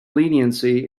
leniency